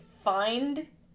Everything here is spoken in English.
find